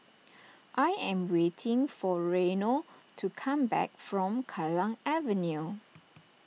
I am waiting for Reino to come back from Kallang Avenue